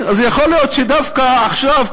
אז יכול להיות שדווקא עכשיו,